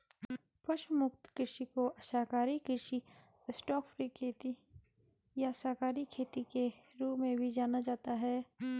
पशु मुक्त कृषि को शाकाहारी कृषि स्टॉकफ्री खेती या शाकाहारी खेती के रूप में भी जाना जाता है